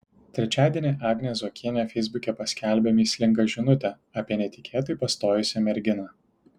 trečiadienį agnė zuokienė feisbuke paskelbė mįslingą žinutę apie netikėtai pastojusią merginą